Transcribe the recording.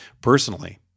Personally